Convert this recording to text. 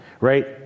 Right